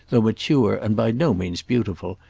though mature and by no means beautiful,